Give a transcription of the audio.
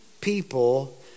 people